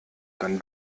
dann